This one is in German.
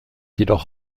jedoch